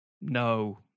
No